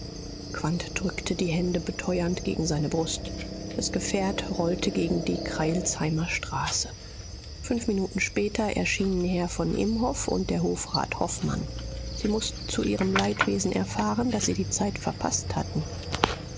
drückte die hände beteuernd gegen seine brust das gefährt rollte gegen die krailsheimer straße fünf minuten später erschienen herr von imhoff und der hofrat hofmann sie mußten zu ihrem leidwesen erfahren daß sie die zeit verpaßt hatten